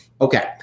Okay